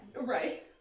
Right